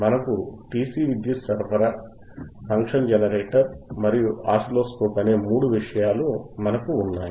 మనకు DC విద్యుత్ సరఫరా ఫంక్షన్ జనరేటర్ మరియు ఆసిలోస్కోప్ అనే 3 మనకు ఉన్నాయి